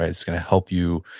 it's going to help you